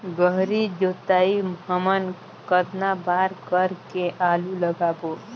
गहरी जोताई हमन कतना बार कर के आलू लगाबो?